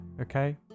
Okay